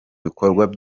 bikorwa